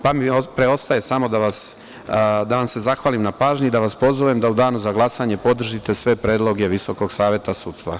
Preostaje mi samo da vam se zahvalim na pažnji i da vas pozovem da u danu za glasanje podržite sve predloge Visokog saveta sudstva.